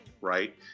right